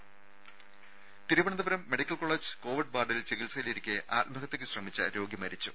ദേദ Thiruvananthapuram medical college covid വാർഡിൽ ചികിത്സയിലിരിക്കെ ആത്മഹത്യക്ക് ശ്രമിച്ച രോഗി മരിച്ചു